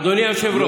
אדוני היושב-ראש,